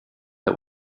der